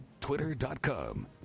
twitter.com